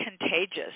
contagious